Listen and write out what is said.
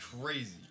crazy